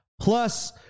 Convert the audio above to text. plus